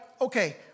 okay